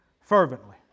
fervently